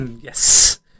Yes